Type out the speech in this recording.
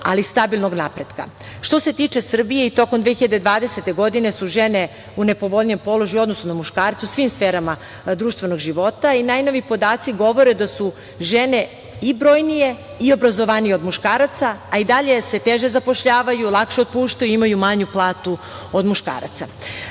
ali stabilnog napretka. Što se tiče Srbije i tokom 2020. godine su žene u nepovoljnijem položaju u odnosu na muškarce u svim sferama društvenog života i najnoviji podaci govore da su žene i brojnije i obrazovanije od muškaraca, a i dalje se teže zapošljavaju, lakše otpuštaju, imaju manju platu od muškaraca. Vi